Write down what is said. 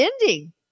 ending